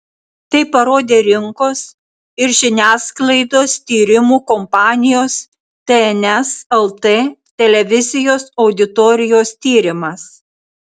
tai parodė rinkos ir žiniasklaidos tyrimų kompanijos tns lt televizijos auditorijos tyrimas